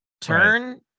turn